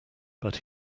but